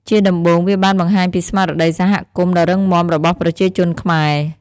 ជាដំបូង វាបានបង្ហាញពីស្មារតីសហគមន៍ដ៏រឹងមាំរបស់ប្រជាជនខ្មែរ។